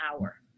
hour